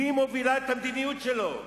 היא מובילה את המדיניות שלו.